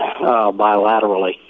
bilaterally